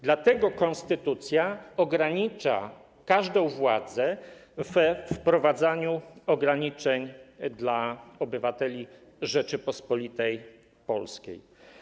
Dlatego konstytucja ogranicza każdą władzę we wprowadzaniu ograniczeń dla obywateli Rzeczypospolitej Polskiej.